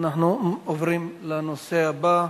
אנחנו עוברים לנושא הבא: